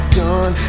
done